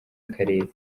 akarere